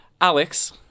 Alex